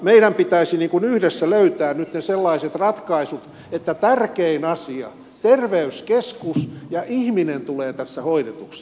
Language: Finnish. meidän pitäisi yhdessä löytää nyt ne sellaiset ratkaisut että tärkein asia on terveyskeskus ja että ihminen tulee tässä hoidetuksi